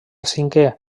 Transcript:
cinquè